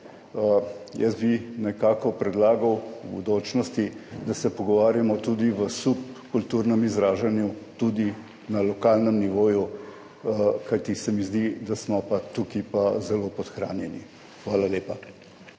Nekako bi predlagal v bodočnosti, da se pogovarjamo tudi o subkulturnem izražanju tudi na lokalnem nivoju, kajti zdi se mi, da smo tukaj pa zelo podhranjeni. Hvala lepa.